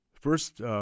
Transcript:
first